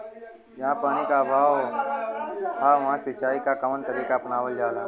जहाँ पानी क अभाव ह वहां सिंचाई क कवन तरीका अपनावल जा?